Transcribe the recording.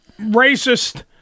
racist